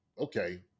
okay